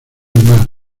mar